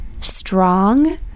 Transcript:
strong